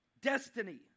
destiny